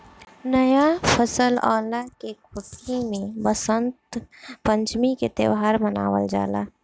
नया फसल अवला के खुशी में वसंत पंचमी के त्यौहार मनावल जाला